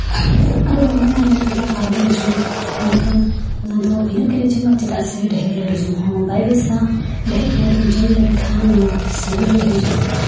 ᱟᱫᱚ ᱢᱚᱱᱮ ᱢᱟᱭ ᱢᱮᱱᱮᱫ ᱜᱮ ᱟᱨᱦᱚᱸ ᱵᱚᱱ ᱡᱚᱢᱟ ᱢᱮᱱᱠᱷᱟᱱ ᱚᱱᱟᱫᱚ ᱤᱱᱟᱹᱜ ᱜᱮᱞᱮ ᱡᱚᱢᱟ ᱪᱮᱫᱟᱜ ᱥᱮ ᱰᱷᱮᱨ ᱞᱟᱹᱰᱩ ᱡᱚᱢ ᱦᱚᱸ ᱵᱟᱭ ᱵᱮᱥᱼᱟ ᱰᱷᱮᱨ ᱞᱟᱹᱰᱩᱢ ᱡᱚᱢ ᱞᱮᱠᱷᱟᱱ ᱢᱟᱱᱮ ᱥᱩᱜᱟᱨ ᱨᱮ ᱦᱤᱡᱩᱜᱼᱟ